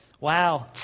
Wow